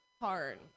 hard